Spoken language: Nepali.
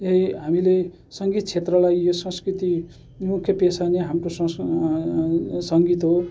यही हामीले सङ्गीत क्षेत्रलाई यो संस्कृति मुख्य पेसा नै हाम्रो सङ्गीत हो